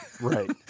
Right